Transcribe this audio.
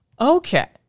Okay